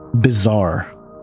bizarre